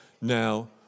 now